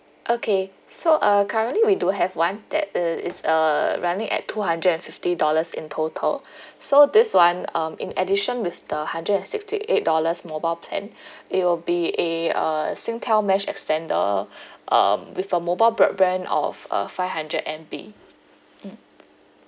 okay so uh currently we do have one that i~ is uh running at two hundred and fifty dollars in total so this [one] um in addition with the hundred and sixty eight dollars mobile plan it will be a uh singtel mesh extender um with a mobile broadband of uh five hundred M_B mm